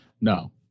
No